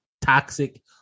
toxic